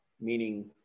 meaning